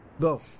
Go